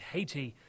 Haiti